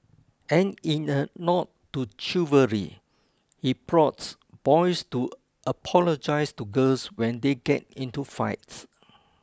and in a nod to chivalry he prods boys to apologise to girls when they get into fights